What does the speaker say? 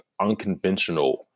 unconventional